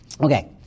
Okay